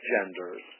genders